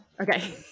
okay